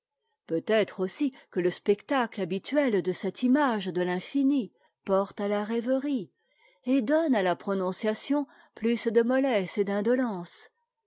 peut-être aussi que le spectacle habituel de cette image de l'infini porte à la rêverie et donne à la prononciation plus de mollesse et